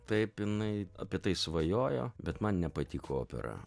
taip jinai apie tai svajojo bet man nepatiko opera